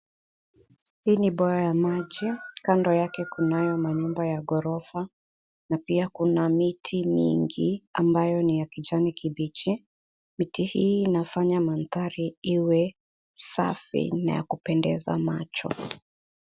Hii ni bwawa ya maji, kando yake kunayo manyumba ya ghorofa na pia kuna miti mingi ambayo ni ya kijani kibichi. Miti hii inafanya mandhari iwe safi na ya kupendeza macho.